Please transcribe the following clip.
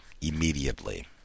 immediately